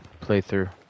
playthrough